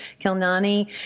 Kilnani